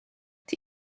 die